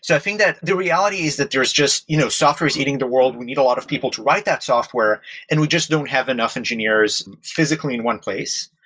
so think that the reality is that there's just you know software eating the world. we need a lot of people to write that software and we just don't have enough engineers physically in one place.